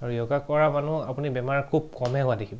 আৰু য়োগা কৰা মানুহ আপুনি বেমাৰ খুব কমেহে হোৱা দেখিব